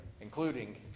including